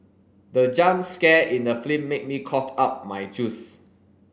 the jump scare in the film made me cough out my juice